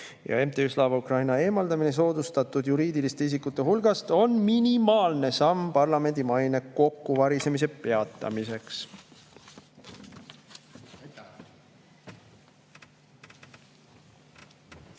MTÜ Slava Ukraini eemaldamine soodustatud juriidiliste isikute hulgast on minimaalne samm parlamendi maine kokkuvarisemise peatamiseks.